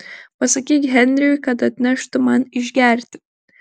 pasakyk henriui kad atneštų man išgerti